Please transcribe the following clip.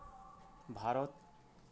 Bharat